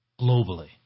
Globally